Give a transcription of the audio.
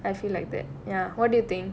I feel like that ya what do you think